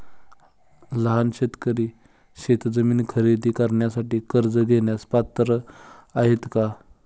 लहान शेतकरी शेतजमीन खरेदी करण्यासाठी कर्ज घेण्यास पात्र आहेत का?